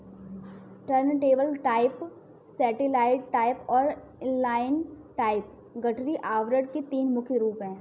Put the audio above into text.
turntable type, satellite type और inline type गठरी आवरण के तीन मुख्य रूप है